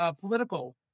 political